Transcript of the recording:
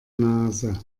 nase